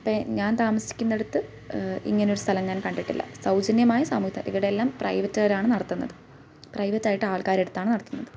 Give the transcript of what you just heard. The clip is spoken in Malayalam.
പേ ഞാൻ താമസിക്കുന്നിടത്ത് ഇങ്ങനെയൊരു സ്ഥലം ഞാൻ കണ്ടിട്ടില്ല സൗജന്യമായ സമയത്ത് ഇവിടെയെല്ലാം പ്രൈവറ്റ്കാരാണ് നടത്തുന്നത് പ്രൈവറ്റായിട്ട് ആൾക്കാരെടുത്താണ് നടത്തുന്നത്